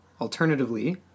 alternatively